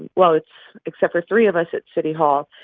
and well, it's except for three of us at city hall.